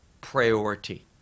priority